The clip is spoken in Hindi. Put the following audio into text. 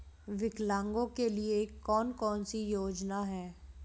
विकलांगों के लिए कौन कौनसी योजना है?